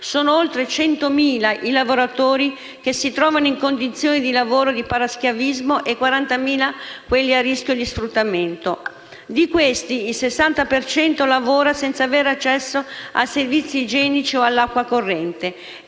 sono oltre centomila i lavoratori che si trovano in condizioni di lavoro di paraschiavismo e quarantamila quelli a rischio di sfruttamento. Di questi, il 60 per cento lavora senza avere accesso a servizi igienici o all'acqua corrente